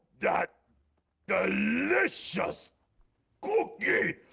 that delicious cookie!